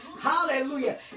Hallelujah